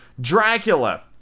Dracula